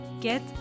get